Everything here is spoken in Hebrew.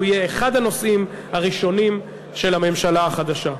הוא יהיה אחד הנושאים הראשונים של הממשלה החדשה.